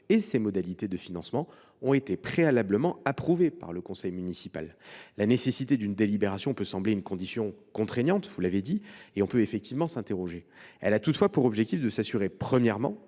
et ses modalités de financement ont été préalablement approuvées par le conseil municipal. La nécessité d’une délibération peut paraître une condition contraignante, et l’on peut en effet s’interroger à son sujet. Elle a toutefois pour objectif de s’assurer, premièrement,